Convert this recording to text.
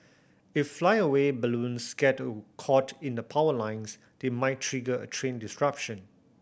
if flyaway balloons get caught in the power lines they might trigger a train disruption